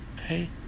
Okay